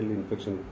infection